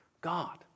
God